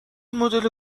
مدل